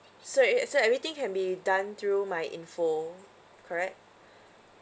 so e~ so everything can be done through myinfo correct